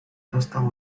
dostał